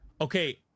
okay